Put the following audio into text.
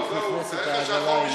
איך נכנסת העגלה עם,